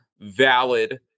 valid